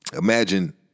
imagine